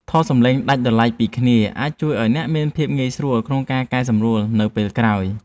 ថតសំឡេងដាច់ដោយឡែកពីគ្នាអាចជួយឱ្យអ្នកមានភាពងាយស្រួលក្នុងការកែសម្រួលនៅពេលក្រោយ។